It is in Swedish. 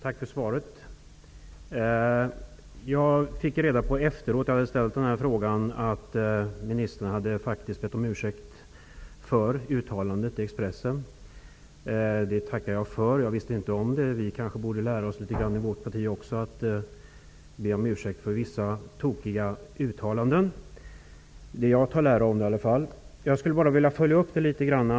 Herr talman! Tack för svaret! Efter det att jag hade ställt denna fråga fick jag veta att ministern faktiskt hade bett om ursäkt för uttalandet i Expressen. Det tackar jag för. Jag visste inte om det. Vi i vårt parti kanske också borde lära oss att be om ursäkt för vissa tokiga uttalanden. Jag tar i alla fall lärdom av detta. Jag skulle bara vilja följa upp detta litet grand.